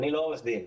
אני לא עורך דין.